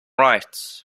right